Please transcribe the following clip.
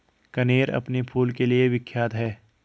कनेर अपने फूल के लिए विख्यात है